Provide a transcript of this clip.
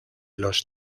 los